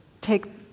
take